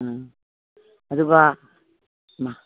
ꯎꯝ ꯑꯗꯨꯒ ꯏꯃꯥ